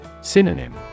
synonym